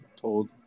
told